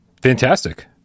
Fantastic